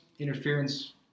Interference